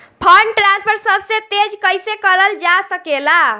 Fund transfer सबसे तेज कइसे करल जा सकेला?